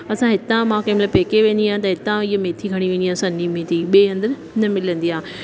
असां हितां मां कंहिं महिल पेके वेंदी आ त हितां इहे मेथी खणी वेंदी आहियां सन्ही मेथी ॿिए हंधि न मिलंदी आहे